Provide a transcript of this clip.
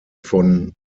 von